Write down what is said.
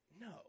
No